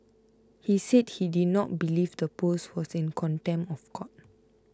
he said he did not believe the post was in contempt of court